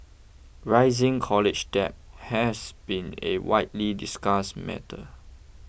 rising college debt has been a widely discussed matter